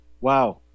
Wow